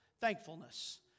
Thankfulness